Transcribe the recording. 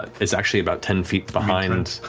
is actually about ten feet behind and